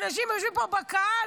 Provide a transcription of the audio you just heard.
אנשים יושבים פה בקהל.